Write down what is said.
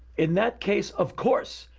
in that case, of course,